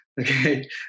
Okay